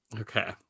Okay